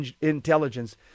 intelligence